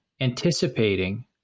anticipating